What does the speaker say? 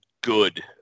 good